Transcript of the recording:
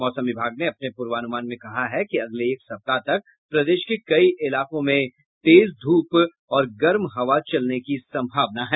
मौसम विभाग ने अपने पूर्वानुमान में कहा है कि अगले एक सप्ताह तक प्रदेश के कई इलाकों में तेज ध्रप और गर्म हवा चलने की संभावना है